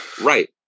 Right